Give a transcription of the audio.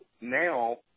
now